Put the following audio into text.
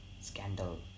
Scandal